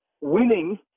winning